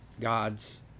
God's